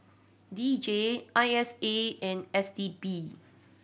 D J I S A and S T B